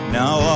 now